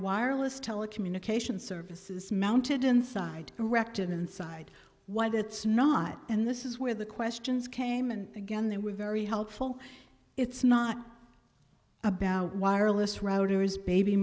wireless telecommunications services mounted inside direct inside why thats not and this is where the questions came and again they were very helpful it's not about wireless routers baby